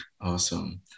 Awesome